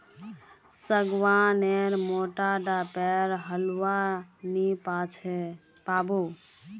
सागवान नेर मोटा डा पेर होलवा नी पाबो